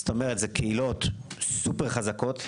זה קהילות סופר חזקות.